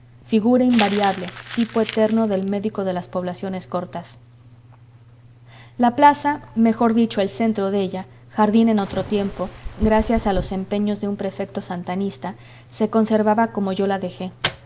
figura invariable tipo eterno del médico de las poblaciones cortas la plaza mejor dicho el centro de ella jardín en otro tiempo gracias a los empeños de un prefecto santanista se conservaba como yo la dejé